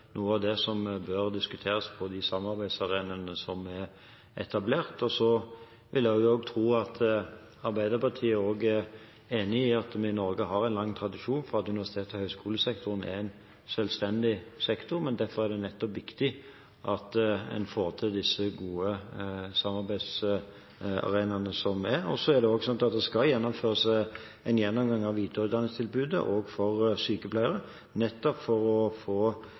noe av det som bør diskuteres på de samarbeidsarenaene som er etablert. Jeg vil også tro at Arbeiderpartiet er enig i at vi i Norge har en lang tradisjon for at universitets- og høyskolesektoren er en selvstendig sektor. Men derfor er det viktig at en får til de gode samarbeidsarenaene som er. Så er det slik at det skal gjennomføres en gjennomgang av videreutdanningstilbudet for sykepleiere, nettopp for å få